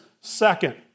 second